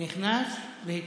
נכנס והציל,